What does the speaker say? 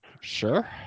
Sure